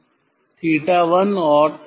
'𝛉1' और '𝛉2' का अंतर